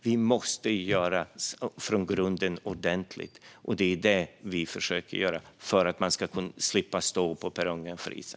Vi måste göra detta från grunden, ordentligt, och det är det vi försöker göra, så att man ska slippa stå på perrongen och frysa.